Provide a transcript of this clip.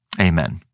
Amen